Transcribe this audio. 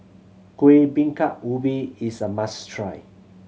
Kuih Bingka Ubi is a must try